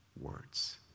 words